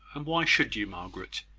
and why should you, margaret?